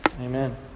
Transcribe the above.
Amen